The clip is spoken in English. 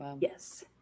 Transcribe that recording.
yes